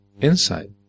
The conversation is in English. insight